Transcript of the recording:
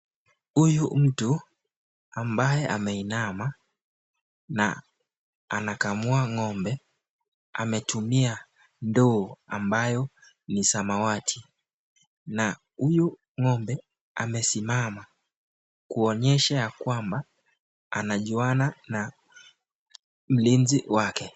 Huyu mtu ambaye ameinama na anakamua ng'ombe ametumia ndoo ambayo ni samawati na huyu ng'ombe amesimama kuonyesha ya kwamba anajuana na mlinzi wake.